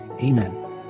Amen